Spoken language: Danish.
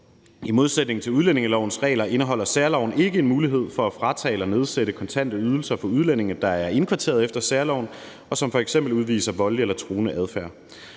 I modsætning til udlændingelovens regler indeholder særloven ikke en mulighed for at fratage eller nedsætte kontante ydelser for udlændinge, der er indkvarteret efter særloven, og som f.eks. udviser voldelig eller truende adfærd.